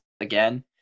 again